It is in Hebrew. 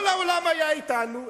כל העולם היה אתנו,